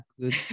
good